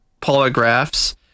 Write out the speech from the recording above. polygraphs